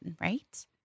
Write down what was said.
right